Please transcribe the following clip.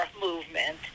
movement